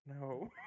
No